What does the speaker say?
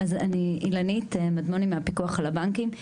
אילנית מדמוני מהפיקוח על הבנקים.